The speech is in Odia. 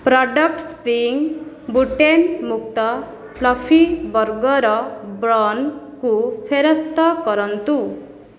ପ୍ରଡ଼କ୍ଟ ସ୍ପ୍ରିଙ୍ଗ୍ ଗ୍ଲୁଟେନ୍ ମୁକ୍ତ ଫ୍ଲଫି ବର୍ଗର୍ ବନ୍କୁ ଫେରସ୍ତ କରନ୍ତୁ